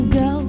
go